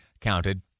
counted